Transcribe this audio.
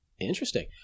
Interesting